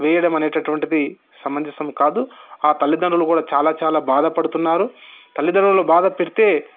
వేయడమనేటటువంటిది సమంజసము కాదు ఆ తల్లిదండ్రులు కూడా చాలా చాలా బాధపడుతున్నారు తల్లిదండ్రులను బాధ పెడితే